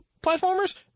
platformers